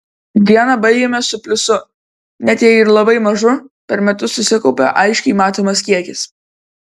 dieną baigiame su pliusu net jei ir labai mažu per metus susikaupia aiškiai matomas kiekis